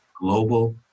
Global